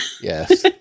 Yes